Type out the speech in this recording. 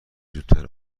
زودتر